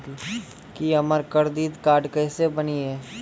की हमर करदीद कार्ड केसे बनिये?